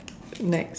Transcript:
next